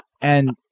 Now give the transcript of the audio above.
And-